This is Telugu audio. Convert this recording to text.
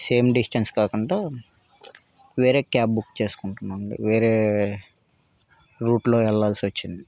సేమ్ డిస్టెన్స్ కాకుండా వేరే క్యాబ్ బుక్ చేసుకుంటున్నాం వేరే రూట్లో వెల్లాల్సి వచ్చింది